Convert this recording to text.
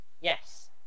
Yes